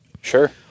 Sure